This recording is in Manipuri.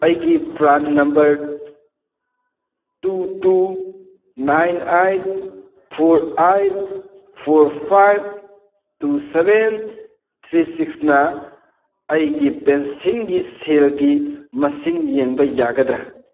ꯑꯩꯒꯤ PRAN number two two nine eight four eight four five two seven three ꯁꯤꯛꯁꯅ ꯑꯩꯒꯤ ꯄꯦꯟꯁꯤꯟꯒꯤ ꯁꯦꯜꯒꯤ ꯃꯁꯤꯡ ꯌꯦꯡꯕ ꯌꯥꯒꯗ꯭ꯔꯥ